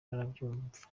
murabyumva